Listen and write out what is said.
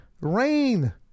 rain